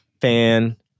fan